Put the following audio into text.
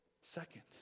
Second